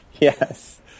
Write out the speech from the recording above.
Yes